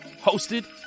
Hosted